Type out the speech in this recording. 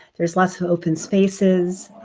there's lots of open spaces.